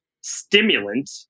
stimulant